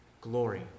Glory